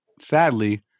sadly